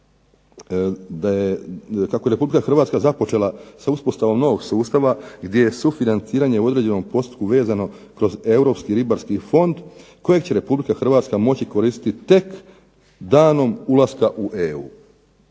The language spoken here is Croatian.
da je, kako je RH započela sa uspostavom novog sustava gdje je sufinanciranje u određenom postupku vezano kroz europski ribarski fond kojeg će RH moći koristiti danom ulaska u EU.